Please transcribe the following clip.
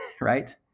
right